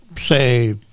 say